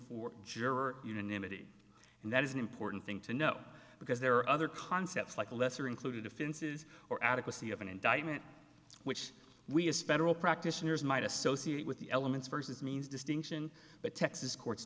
for juror unanimity and that is an important thing to know because there are other concepts like the lesser included offenses or adequacy of an indictment which we a special practitioners might associate with the elements versus means distinction but texas courts